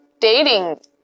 dating